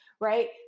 right